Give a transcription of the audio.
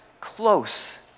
close